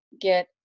get